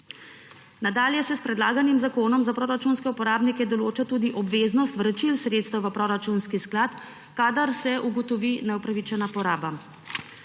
Nadalje se s predlaganim zakonom za proračunske uporabnike določa tudi obveznost vračil sredstev v proračunski sklad, kadar se ugotovi neupravičena poraba